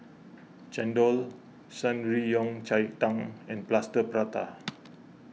Chendol Shan Rui Yao Cai Tang and Plaster Prata